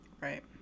Right